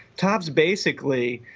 topps basically,